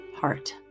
heart